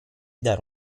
dare